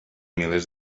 milers